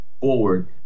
forward